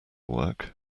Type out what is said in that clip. work